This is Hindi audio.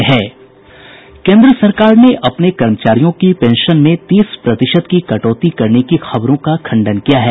केन्द्र सरकार ने अपने कर्मचारियों की पेंशन में तीस प्रतिशत की कटौती करने की खबरों का खंडन किया है